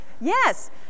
yes